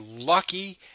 lucky